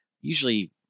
Usually